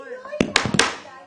המרכזי שבעצם